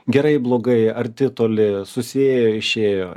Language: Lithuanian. gerai blogai arti toli susiėjo išėjo